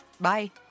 Bye